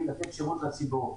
היא לתת שירות לציבור.